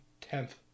tenth